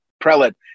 prelate